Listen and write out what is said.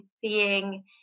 seeing